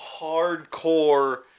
Hardcore